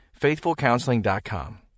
FaithfulCounseling.com